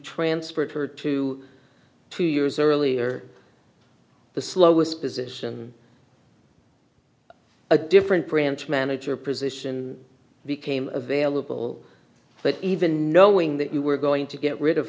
transferred her to two years earlier the slowest position a different branch manager position became available but even knowing that you were going to get rid of